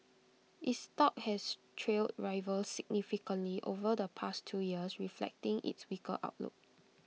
its stock has trailed rivals significantly over the past two years reflecting its weaker outlook